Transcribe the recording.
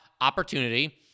opportunity